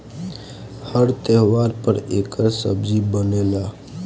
तर त्योव्हार पर एकर सब्जी बनेला